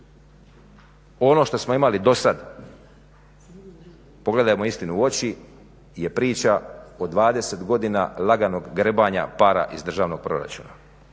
Ono što smo imali do sad pogledajmo istini u oči je priča od 20 godina laganog grebanja para iz državnog proračuna.